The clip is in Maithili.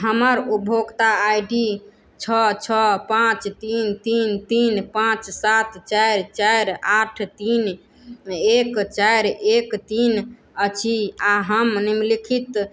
हमर उपभोक्ता आइ डी छओ छओ पाँच तीन तीन तीन पाँच सात चारि चारि आठ तीन एक चारि एक तीन अछि आ हम निम्नलिखित